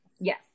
Yes